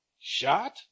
shot